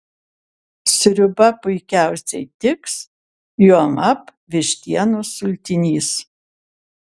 sriuba puikiausiai tiks juolab vištienos sultinys